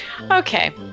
Okay